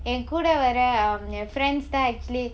என் கூட வர என்:en kooda vara en friends தான்:thaan actually